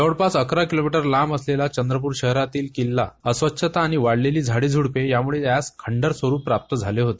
जवळपास अकरा किलोमीटर लांब असलेला चंद्रपूर शहरातील किल्ला अस्वच्छता आणि वाढलेली झाडेझूडपे यामुळं यास खंडर स्वरूप प्राप्त झाले होते